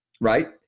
right